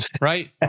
right